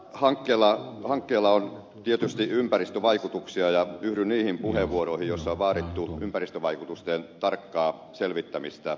hankkeella on tietysti ympäristövaikutuksia ja yhdyn niihin puheenvuoroihin joissa on vaadittu ympäristövaikutusten tarkkaa selvittämistä